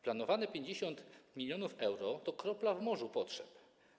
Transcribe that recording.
Planowane 50 mln euro to kropla w morzu potrzeb.